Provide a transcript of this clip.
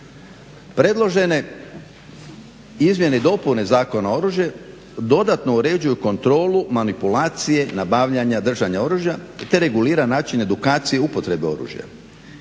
Predložene izmjene i dopune Zakona o oružju dodatno uređuju kontrolu manipulacije nabavljanja držanja oružja, te regulira način edukacije upotrebe oružja.